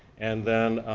and then